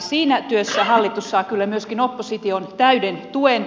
siinä työssä hallitus saa kyllä myöskin opposition täyden tuen